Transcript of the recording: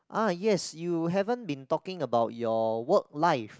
ah yes you haven't been talking about your work life